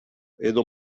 edo